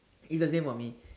it's the same for me